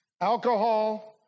alcohol